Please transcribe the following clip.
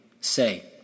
Say